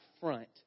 front